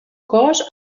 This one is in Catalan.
cos